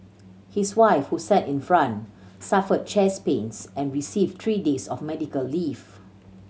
his wife who sat in front suffered chest pains and received three days of medical leave